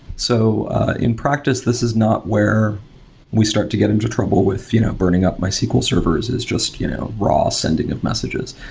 so in practice, this is not where we start to get into trouble with you know burning up mysql servers. it's just you know raw sending of messages.